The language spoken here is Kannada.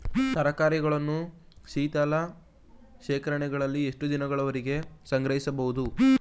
ತರಕಾರಿಗಳನ್ನು ಶೀತಲ ಶೇಖರಣೆಗಳಲ್ಲಿ ಎಷ್ಟು ದಿನಗಳವರೆಗೆ ಸಂಗ್ರಹಿಸಬಹುದು?